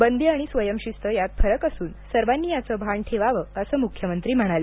बंदी आणि स्वयंशिस्त यात फरक असून सर्वांनी याचं भान ठेवावं असं मुख्यमंत्री म्हणाले